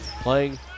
playing